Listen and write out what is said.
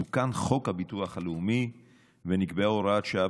תוקן חוק הביטוח הלאומי ונקבעה הוראת שעה